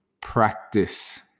Practice